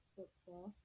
Football